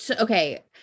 okay